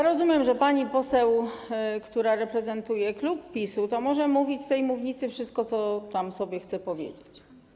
Rozumiem, że pani poseł, która reprezentuje klub PiS-u, może mówić z tej mównicy wszystko, co chce powiedzieć.